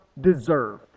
deserve